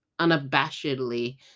unabashedly